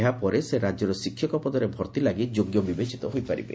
ଏହାପରେ ସେ ରାଜ୍ୟର ଶିକ୍ଷକ ପଦରେ ଭର୍ତ୍ତି ଲାଗି ଯୋଗ୍ୟ ବିବେଚିତ ହୋଇପାରିବେ